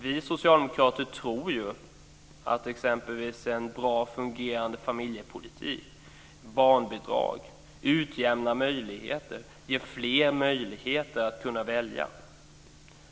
Vi socialdemokrater tror ju exempelvis att det är en bra fungerande familjepolitik, barnbidrag, utjämnade möjligheter och möjlighet för fler att välja.